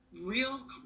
real